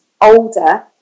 older